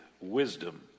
wisdom